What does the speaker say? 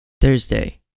Thursday